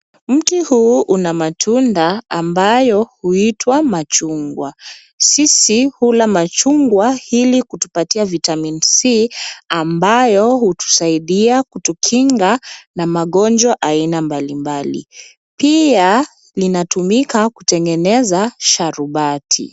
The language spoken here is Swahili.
Mti huu una matunda ambayo huitwa machungwa. Sisi hula machungwa ili kutupatia vitamin C,ambayo hutusaidia kutukinga ,na magonjwa aina mbali mbali. Pia linatumika kutengeneza sharubati.